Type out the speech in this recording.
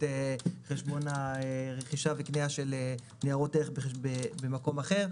חשבון הרכישה וקנייה של ניירות ערך במקום אחר,